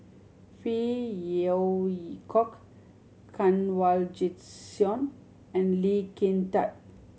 Phey Yew Kok Kanwaljit Soin and Lee Kin Tat